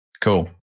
Cool